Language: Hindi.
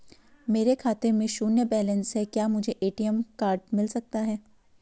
मेरे खाते में शून्य बैलेंस है क्या मुझे ए.टी.एम कार्ड मिल सकता है?